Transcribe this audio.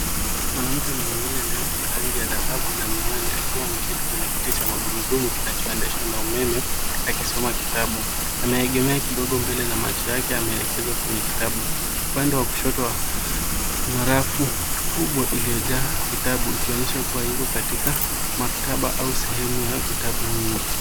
Mwanamke mwenye rangi ndefu ya dhahabu na miwani akiwa ameketi kwenye kiti cha magurudumu kinachoendeshwa na umeme akisoma kitabu. Ameegemea kidogo mbele na macho yake yamelekezwa kwenye kitabu. Upande wa kushoto kuna rafu kubwa iliyojaa vitabu ikionyesha kuwa yuko katika maktaba au sehemu ya vitabu nyingi.